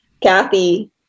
Kathy